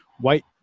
White